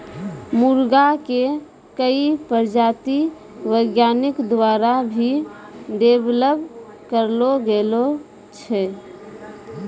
मुर्गा के कई प्रजाति वैज्ञानिक द्वारा भी डेवलप करलो गेलो छै